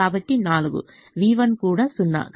కాబట్టి 4 v1 కూడా 0